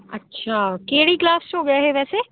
ਅੱਛਾ ਕਿਹੜੀ ਕਲਾਸ 'ਚ ਹੋ ਗਿਆ ਇਹ ਵੈਸੇ